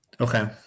Okay